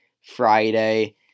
Friday